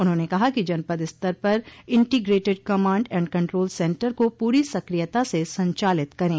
उन्होंने कहा कि जनपद स्तर पर integrated command and control centre को पूरी सक्रियता से संचालित करे